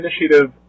initiative